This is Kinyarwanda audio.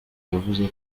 yavuze